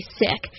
sick